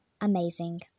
amazing